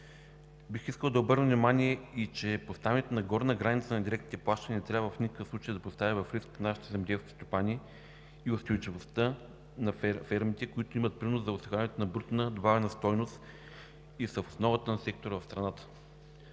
Бих искал да обърна внимание, че поставянето на горна граница на директните плащания не трябва в никакъв случай да поставя в риск нашите земеделски стопани и устойчивостта на фермите, които имат принос за осигуряването на брутна добавена стойност и са в основата на сектора в страната.